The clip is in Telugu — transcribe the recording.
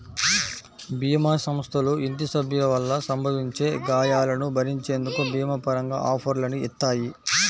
భీమా సంస్థలు ఇంటి సభ్యుల వల్ల సంభవించే గాయాలను భరించేందుకు భీమా పరంగా ఆఫర్లని ఇత్తాయి